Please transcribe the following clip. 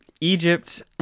Egypt